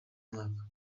mwaka